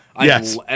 Yes